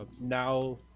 now